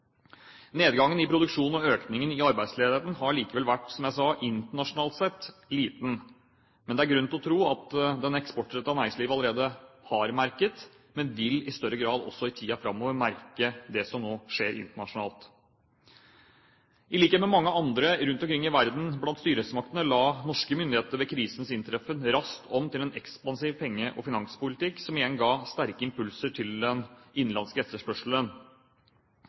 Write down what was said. Nedgangen i produksjonen og økningen i arbeidsledigheten har likevel, som jeg sa, internasjonalt sett vært liten. Det eksportrettede næringslivet har allerede merket og vil i større grad også i tiden framover merke det som nå skjer internasjonalt. I likhet med mange andre lands styresmakter rundt omkring i verden la norske myndigheter ved krisens inntreffen raskt om til en ekspansiv penge- og finanspolitikk, som igjen ga sterke impulser til den innenlandske etterspørselen.